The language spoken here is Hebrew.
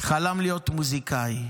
חלם להיות מוזיקאי.